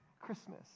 Christmas